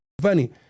funny